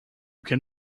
can